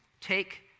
Take